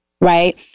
right